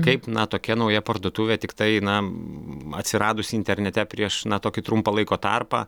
kaip na tokia nauja parduotuvė tiktai na atsiradusi internete prieš tokį trumpą laiko tarpą